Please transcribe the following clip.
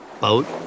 Boat